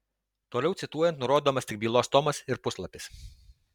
toliau cituojant nurodomas tik bylos tomas ir puslapis